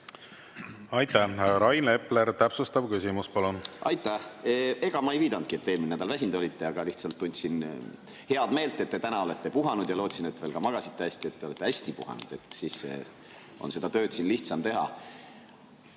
Aitäh! Rain Epler, täpsustav küsimus, palun! Aitäh! Ega ma ei viidanudki, et te eelmine nädal väsinud olite. Lihtsalt tundsin heameelt, et te täna olete puhanud, ja lootsin, et ka magasite hästi – et te olete hästi puhanud, siis on seda tööd siin lihtsam teha. Selle